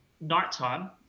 nighttime